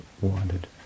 wanted